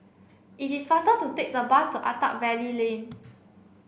it is faster to take the bus to Attap Valley Lane